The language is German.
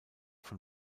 von